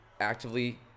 actively